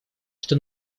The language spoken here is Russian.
что